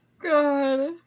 God